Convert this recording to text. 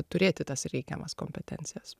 turėti tas reikiamas kompetencijas